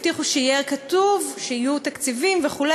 הבטיחו שיהיה כתוב שיהיו תקציבים וכו',